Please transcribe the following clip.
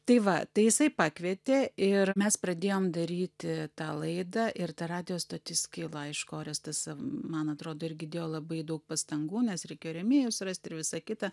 tai va tai jisai pakvietė ir mes pradėjom daryti tą laidą ir ta radijo stotis kilo aišku orestas man atrodo irgi dėjo labai daug pastangų nes reikėjo rėmėjus rasti ir visa kita